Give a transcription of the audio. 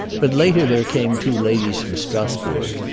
but later there came two ladies from strasburg,